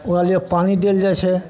ओकरा लिए पानि देल जाइत छै